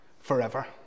forever